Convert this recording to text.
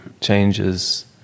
changes